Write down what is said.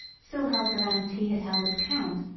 still held the lands he had held as count,